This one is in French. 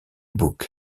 book